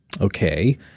Okay